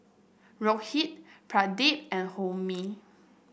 Rohit Pradip and Homi